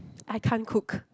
I can't cook